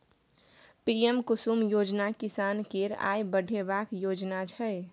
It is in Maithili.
पीएम कुसुम योजना किसान केर आय बढ़ेबाक योजना छै